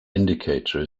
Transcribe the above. indicator